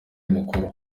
mukuru